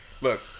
Look